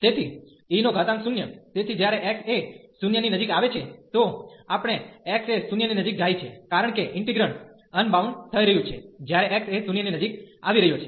તેથી e0 તેથી જ્યારે x એ 0 ની નજીક આવે છે તો આપણે x એ 0 ની નજીક જાય છે કારણ કે ઇન્ટિગ્રેન્ડ અનબાઉન્ડ થઈ રહ્યું છે જ્યારે x એ 0 નજીક આવી રહ્યો છે